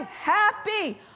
happy